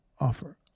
offer